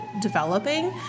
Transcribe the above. developing